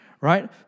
right